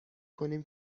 کنیم